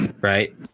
Right